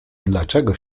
dlaczego